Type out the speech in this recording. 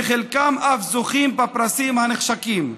וחלקם אף זוכים בפרסים הנחשקים.